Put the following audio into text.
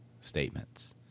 statements